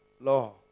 law